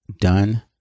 done